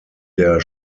der